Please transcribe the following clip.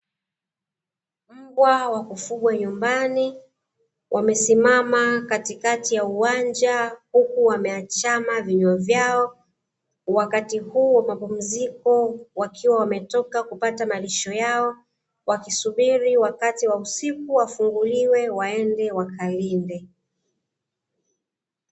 Mbwa wa kufugwa nyumbani wamesimamama katikati ya uwanja huku wameachama vinywa vyao wakati huo wa mapumziko, wakiwa wametoka kupata malisho yao wakisubiri wakati wa usiku wafunguliwe waende wakalinde.